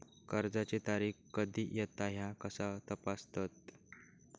कर्जाची तारीख कधी येता ह्या कसा तपासतत?